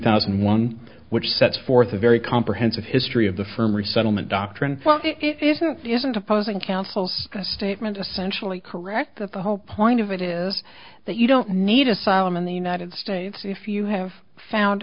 thousand and one which sets forth a very comprehensive history of the firm resettlement doctrine if it isn't opposing counsel says the statement essentially correct that the whole point of it is that you don't need asylum in the united states if you have found